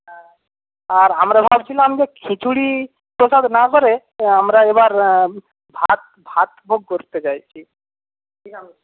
হ্যাঁ আর আমরা ভাবছিলাম যে খিচুড়ি প্রসাদ না করে আমরা এবার ভাত ভাত ভোগ করতে চাইছি নিরামিষ